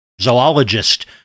zoologist